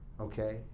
okay